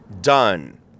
Done